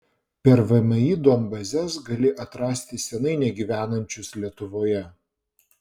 per vmi duombazes gali atrasti senai negyvenančius lietuvoje